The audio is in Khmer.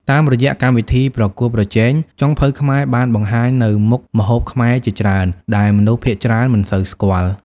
តាមរយៈកម្មវិធីប្រកួតប្រជែង ចុងភៅខ្មែរបានបង្ហាញនូវមុខម្ហូបខ្មែរជាច្រើនដែលមនុស្សភាគច្រើនមិនសូវស្គាល់។